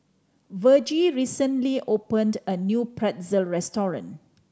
Vergie recently opened a new Pretzel restaurant